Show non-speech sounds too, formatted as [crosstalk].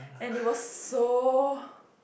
and it was [breath] so